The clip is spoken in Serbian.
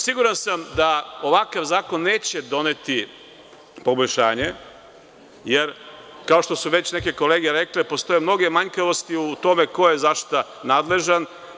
Siguran sam da ovakav zakon neće doneti poboljšanje jer, kao što su već neke kolege rekle, postoje mnoge manjkavosti u tome ko je za šta nadležan.